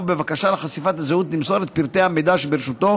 בבקשה לחשיפת הזהות למסור את פרטי המידע שברשותו